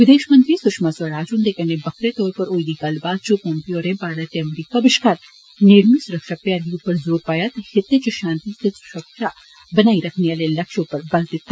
विदेष मंत्री सुशमा स्वराज हुन्दे कन्नै बक्खरे तौर उप्पर होई दी गल्लबात च पोम्पियो होरें भारत ते अमरीका बष्कार नेड़मी सुरक्षा भ्याली उप्पर ज़ोर पाया ते खित्ते च षांति ते सुरक्षा बनाई रक्खने आले लक्ष्य उप्पर बल दिता